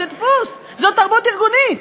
זה דפוס, זו תרבות ארגונית.